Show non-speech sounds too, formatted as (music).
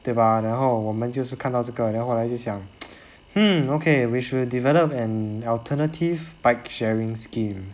对吧然后我们就是看到这个 then 后来就想 (noise) hmm okay we should develop an alternative bike sharing scheme